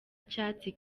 icyatsi